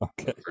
Okay